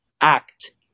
act